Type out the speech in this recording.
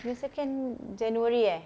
twenty second january eh